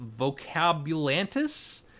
vocabulantis